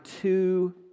two